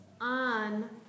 on